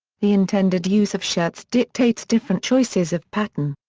the intended use of shirts dictates different choices of pattern.